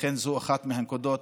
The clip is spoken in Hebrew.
זאת אחת הנקודות